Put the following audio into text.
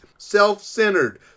Self-centered